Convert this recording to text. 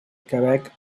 quebec